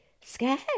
scared